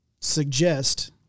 suggest